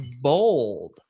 bold